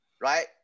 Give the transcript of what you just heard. right